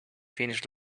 finish